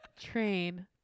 Train